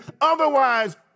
otherwise